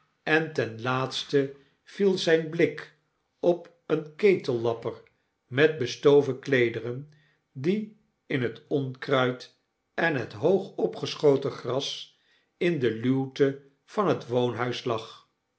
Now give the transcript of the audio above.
en ten iaatste viel zp blik op een ketellapper met bestoven kleederen die in het onkruid en het hoog opgeschoten gras in de luwte van het woonhuis lag